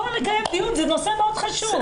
בואו נקיים דיון, זה נושא מאוד חשוב.